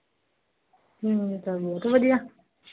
ਹਮ ਬਹੁਤ ਵਧੀਆ